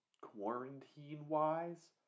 quarantine-wise